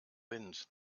wind